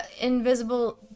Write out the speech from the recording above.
invisible